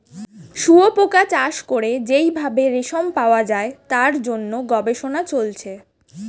শুয়োপোকা চাষ করে যেই ভাবে রেশম পাওয়া যায় তার জন্য গবেষণা চলছে